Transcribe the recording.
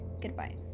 goodbye